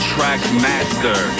Trackmaster